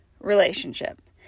relationship